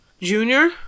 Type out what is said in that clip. Junior